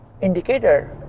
indicator